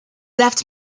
left